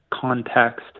Context